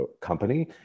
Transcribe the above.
company